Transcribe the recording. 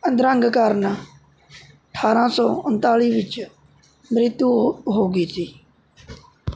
ਅਧਰੰਗ ਕਾਰਨ ਅਠਾਰ੍ਹਾਂ ਸੌ ਉਨਤਾਲੀ ਵਿੱਚ ਮ੍ਰਿਤੂ ਹੋ ਹੋ ਗਈ ਸੀ